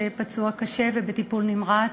שפצוע קשה ונמצא בטיפול נמרץ,